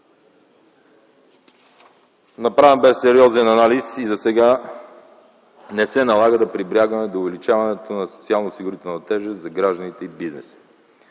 Направен бе сериозен анализ и засега не се налага да прибягваме до увеличаването на социално-осигурителна тежест за гражданите и бизнеса.